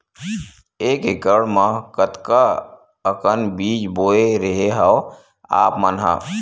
एक एकड़ म कतका अकन बीज बोए रेहे हँव आप मन ह?